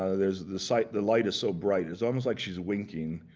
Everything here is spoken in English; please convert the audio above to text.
ah there's the sight, the light is so bright. it's almost like she's winking.